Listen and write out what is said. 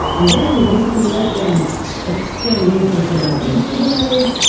and then we basically let them extend new functionality on kubernetes.